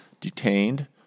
detained